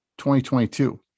2022